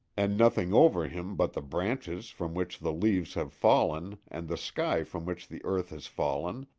and nothing over him but the branches from which the leaves have fallen and the sky from which the earth has fallen,